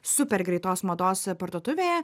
super greitos mados parduotuvėje